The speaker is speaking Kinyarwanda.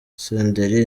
senderi